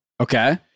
Okay